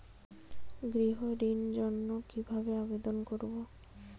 গৃহ ঋণ জন্য কি ভাবে আবেদন করব?